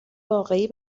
واقعی